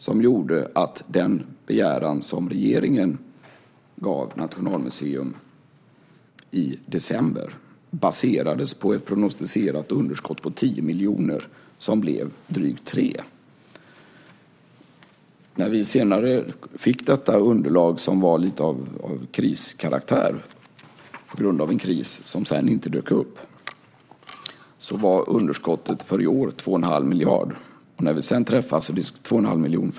Det gjorde att den begäran som regeringen gav Nationalmuseum i december baserades på ett prognostiserat underskott på 10 miljoner som blev drygt 3. När vi senare fick detta underlag, som var lite grann av kriskaraktär på grund av en kris som sedan inte dök upp, var underskottet för i år två och en halv miljon.